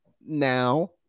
Now